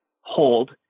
hold